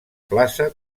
plaça